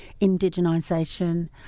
indigenisation